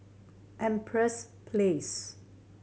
Empress Place